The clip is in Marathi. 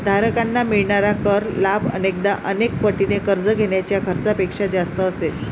धारकांना मिळणारा कर लाभ अनेकदा अनेक पटीने कर्ज घेण्याच्या खर्चापेक्षा जास्त असेल